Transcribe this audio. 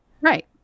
Right